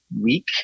week